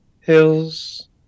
hills